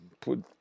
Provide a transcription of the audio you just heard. put